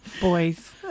Boys